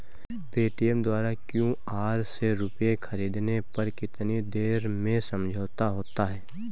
Paytm द्वारा QR से रूपए ख़रीदने पर कितनी देर में समझौता होता है?